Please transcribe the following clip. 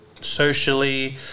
socially